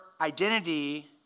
identity